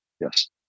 yes